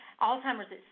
Alzheimer's